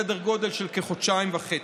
סדר גודל של כחודשיים וחצי.